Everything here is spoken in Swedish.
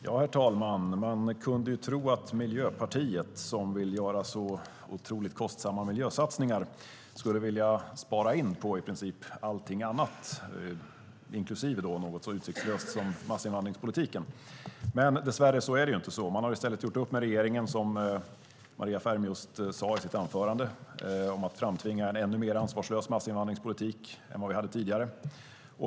Herr talman! Man kunde ju tro att Miljöpartiet som vill göra så otroligt kostsamma miljösatsningar skulle vilja spara in på i princip allting annat, inklusive något så utsiktslöst som massinvandringspolitiken. Dess värre är det inte så. De har i stället gjort upp med regeringen, som Maria Ferm just sade i sitt anförande, om att framtvinga en ännu mer ansvarslös massinvandringspolitik än vad vi hade tidigare.